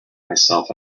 myself